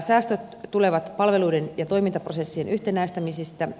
säästöt tulevat palveluiden ja toimintaprosessien yhtenäistämisistä